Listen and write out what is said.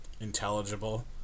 intelligible